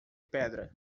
pedra